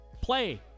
Play